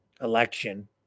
election